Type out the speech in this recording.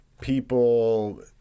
people